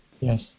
yes